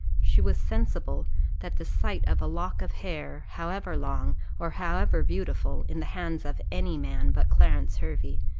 she was sensible that the sight of a lock of hair, however long, or however beautiful, in the hands of any man but clarence hervey,